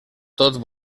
tot